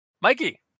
Mikey